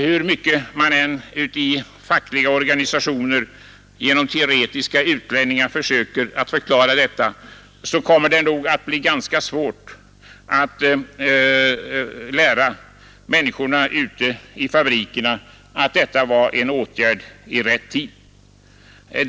Hur mycket man än i de fackliga organisationerna genom teoretiska utläggningar försöker förklara detta kommer det nog att bli ganska svårt att lära människorna ute i fabrikerna att detta var en åtgärd i rätt tid.